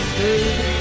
baby